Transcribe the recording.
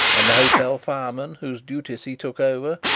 and the hotel fireman, whose duties he took over,